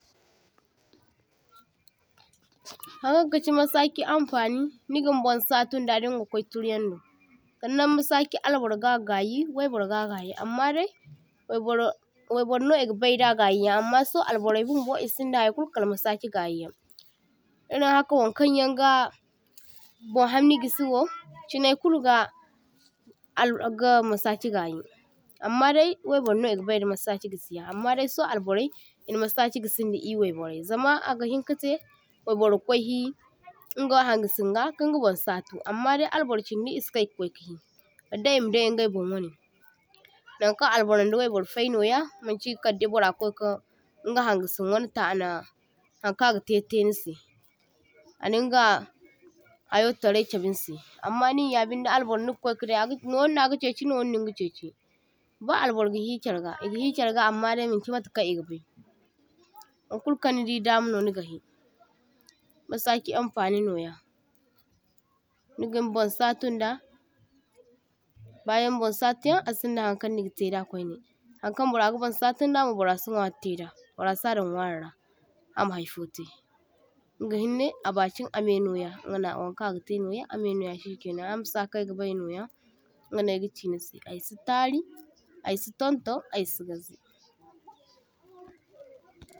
toh – toh Haŋkaŋ kachi masachi anfani nigin bon satunda dinga kwai turu yando, saŋnaŋ masachi alburga gayi waibur ga gayi, amma dai waibur waiburno e’ga baida gayiyaŋ amma so alburrai i’sinda haykulu kal masachi gayiyaŋ, i’rin haka wankaŋyaŋ ga bonhamni gisiwo chinai kuluga al ga masachi gayi ammadai waiburno e’ga baida masachi gisiyaŋ. Amma dai so alburrai i’na masachi gisinda i waiburrai, zama aga hinkatai waibur ga kwai’hi inga haŋgasin ga kinga bon satu amma albur chindi e’sikai kwaika’hi kadday e’ma day ingay bonwanai, naŋkaŋ albur da waibur fainoya maŋchi kadday burra kwaika inga haŋgasin wanai ta ana haŋkaŋ agatai tainisai aninga hayo tarai chaba nisai, amma niyya bindai albur niga kwaika dai niwaŋno agachaichi niwaŋno niga chaichi ba albur ga he charga i’ga he charga amma dai maŋchi matakaŋ i’gatai, waŋkulu kaŋ nidi damano niga he masachi haŋfani noya. Nigin bon satunda, bayaŋ bon satuyaŋ asinda haŋkaŋ nigatai da kwaine, haŋkaŋ burraga bon satunda burra se nwari taida burra sa daŋdaŋ nwarira amma haifotai, ingahinnai a bakin amainoya ingano waŋkaŋ agatai noya amai noya shikainaŋ, amsa kaŋ aygabai noya ingano ayga chinisai aysi tari aysi tonton aysi gazi.